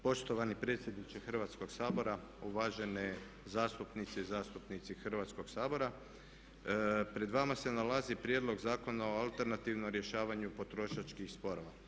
Poštovani predsjedniče Hrvatskog sabora, uvažene zastupnice i zastupnici Hrvatskog sabora pred vama se nalazi prijedlog Zakona o alternativnom rješavanju potrošačkih sporova.